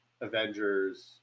avengers